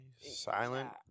silent